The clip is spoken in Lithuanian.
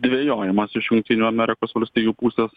dvejojimas iš jungtinių amerikos valstijų pusės